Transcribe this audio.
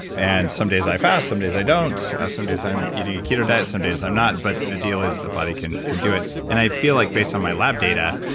and some days i fast, some days i don't, some days i'm eating a keto diet, some days i'm not. but the deal is, the body can can do it. and i feel like based on my lab data,